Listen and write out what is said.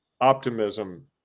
optimism